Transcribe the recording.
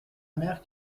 mère